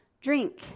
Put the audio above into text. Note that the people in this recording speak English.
drink